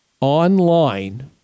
online